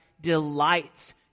delights